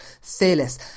fearless